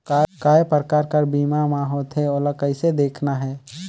काय प्रकार कर बीमा मा होथे? ओला कइसे देखना है?